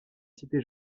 cité